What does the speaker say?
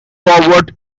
forward